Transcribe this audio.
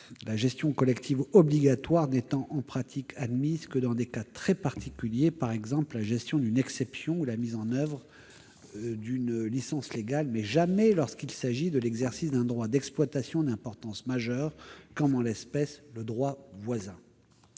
La gestion collective obligatoire n'est en pratique admise que dans des cas très particuliers- par exemple, la gestion d'une exception ou la mise en oeuvre d'une licence légale -, mais elle ne l'est jamais lorsqu'il s'agit de l'exercice d'un droit d'exploitation d'importance majeure, comme l'est, en l'espèce, le droit voisin.